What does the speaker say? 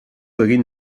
egin